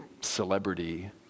celebrity